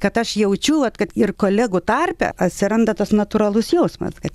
kad aš jaučiu vat kad ir kolegų tarpe atsiranda tas natūralus jausmas kad